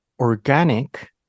organic